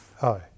Hi